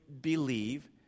believe